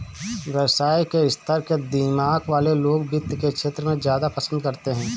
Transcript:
व्यवसाय के स्तर के दिमाग वाले लोग वित्त के क्षेत्र को ज्यादा पसन्द करते हैं